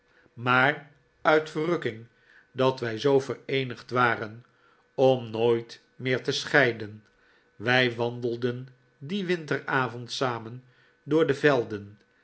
war uit verrukking dat wij zoo vereenigd waren om nooit meer te scheiden wij wandelden dien winteravond samen door de yelden